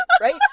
right